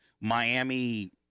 Miami